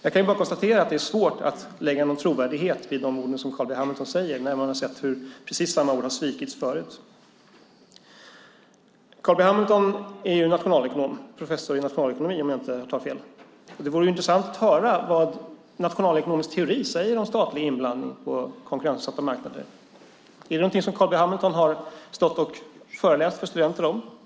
Jag konstaterar att det är svårt att lägga någon trovärdighet vid de ord som Carl B Hamilton säger när vi kan se hur precis samma ord har svikits förut. Carl B Hamilton är professor i nationalekonomi, om jag inte tar fel. Det vore intressant att höra vad nationalekonomisk teori säger om statlig inblandning på konkurrensutsatta marknader. Är det någonting som Carl B Hamilton har stått och föreläst för studenter om?